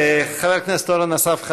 חבר הכנסת אורן אסף חזן,